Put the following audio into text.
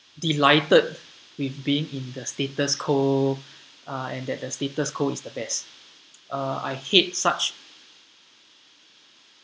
delighted with being in the status quo uh and that the status quo is the best uh I hate such